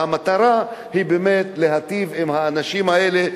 והמטרה היא באמת להיטיב עם האנשים האלה,